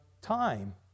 time